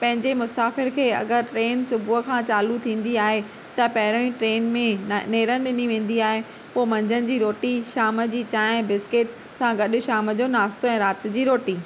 पंहिंजे मुसाफ़िर खे अगरि ट्रेन सुबुह खां चालू थींदी आहे त पहिरों ई ट्रेन में नेरनि ॾिनी वेंदी आहे पोइ मंझंदि जी रोटी शाम जी चाहिं बिस्किट सां गॾु शाम जो नाश्तो ऐं राति जी रोटी